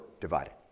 divided